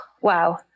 Wow